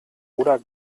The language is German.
oder